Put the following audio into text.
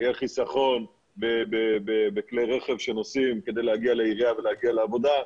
יהיה חיסכון בכלי רכב שנוסעים כדי להגיע לעירייה ולהגיע לעבודה,